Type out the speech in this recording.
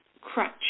crutch